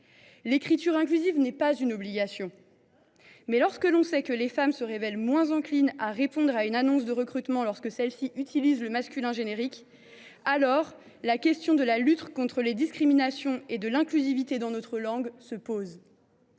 L’écriture inclusive n’est pas une obligation. Toutefois, lorsque les femmes se révèlent moins enclines à répondre à une annonce de recrutement qui utilise le masculin générique, alors se pose la question et de la lutte contre les discriminations et de l’inclusivité dans notre langue. Nous,